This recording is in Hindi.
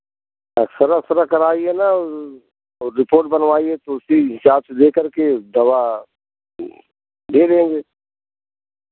थोड़ा थोड़ा कर रहा है न रिपोर्ट बनवाई है तो उसी हिसाब से ले करके दवा दे देंगे